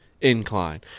incline